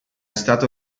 stato